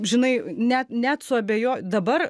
žinai net net suabejo dabar